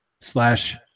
slash